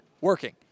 working